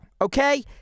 Okay